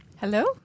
Hello